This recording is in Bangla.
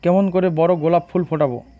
কেমন করে বড় গোলাপ ফুল ফোটাব?